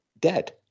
dead